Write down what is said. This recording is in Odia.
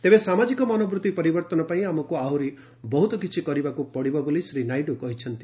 ତେବେ ସାମାଜିକ ମନବୃତ୍ତି ପରିବର୍ତ୍ତନ ପାଇଁ ଆମକୁ ଆହୁରି ବହୁତକିଛି କରିବାକୁ ପଡିବ ବୋଲି ଶ୍ରୀ ନାଇଡୁ କହିଛନ୍ତି